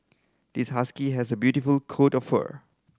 this husky has a beautiful coat of fur